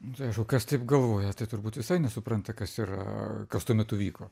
čia aišku kas taip galvoja turbūt visai nesupranta kas yra kas tuo metu vyko